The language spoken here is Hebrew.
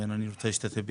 אני רוצה להשתתף בצערך,